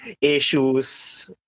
issues